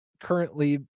currently